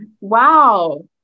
Wow